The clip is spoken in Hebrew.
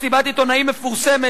אותה מסיבת עיתונאים מפורסמת,